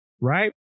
right